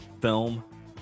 film